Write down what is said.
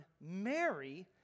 Mary